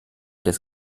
des